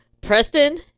Preston